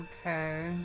Okay